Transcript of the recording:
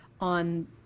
on